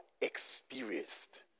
experienced